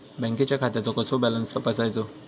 बँकेच्या खात्याचो कसो बॅलन्स तपासायचो?